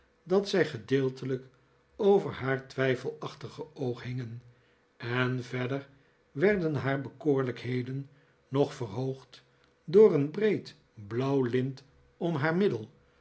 dat zij gedeeltelijk over haar twijfelachtige oog hingen en verder werden haar bekoorlijkheden nog verhoogd door eeh breed blauw lint om haar middel